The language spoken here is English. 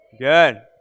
Good